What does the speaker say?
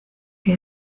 que